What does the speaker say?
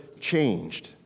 changed